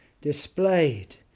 displayed